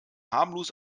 harmlos